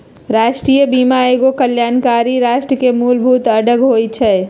राष्ट्रीय बीमा एगो कल्याणकारी राष्ट्र के मूलभूत अङग होइ छइ